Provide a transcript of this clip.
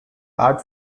art